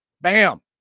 Bam